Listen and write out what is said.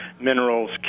minerals